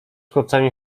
chłopcami